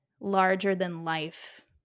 larger-than-life